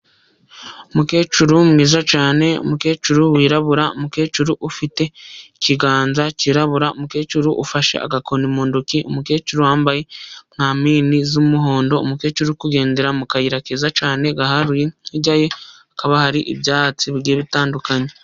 Umukecuru mwiza cyane, umukecuru wirabura, umukecuru ufite ikiganza cyirabura, umukecuru ufashe agakoni mu ntoki, umukecuru wambaye mwamini z'umuhondo, umukecuru uri kugendera mu kayira keza cyane gaharuye, hirya ye hakaba hari ibyatsi bigiye bitandukanye.